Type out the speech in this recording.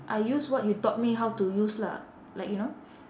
I use what you taught me how to use lah like you know